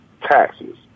taxes